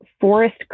forest